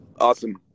Awesome